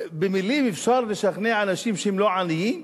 במלים אפשר לשכנע אנשים שהם לא עניים?